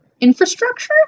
Infrastructure